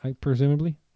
presumably